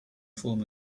form